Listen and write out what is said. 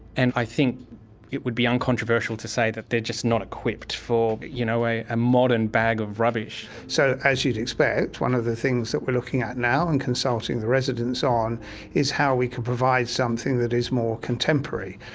and i think it would be uncontroversial to say that they're just not equipped for you know a modern bag of rubbish. so as you'd expect one of the things that we're looking at now and consulting the residents on is how we can provide something that is more contemporary.